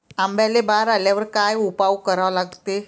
आंब्याले बार आल्यावर काय उपाव करा लागते?